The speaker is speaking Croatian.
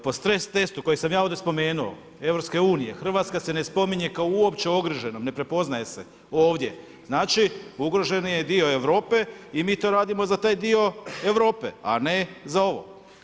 Po stres testu koji sam ja ovdje spomenuo EU-a, Hrvatska se ne spominje kao uopće ugroženom, ne prepoznaje se ovdje, znači ugrožen je dio Europe i mi to radimo za taj dio Europe a ne za ovo.